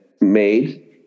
made